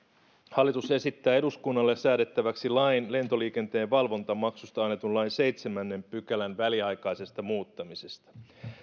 hallitus esittää eduskunnalle säädettäväksi lain lentoliikenteen valvontamaksusta annetun lain seitsemännen pykälän väliaikaisesta muuttamisesta